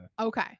Okay